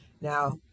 Now